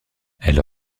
elle